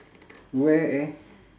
where eh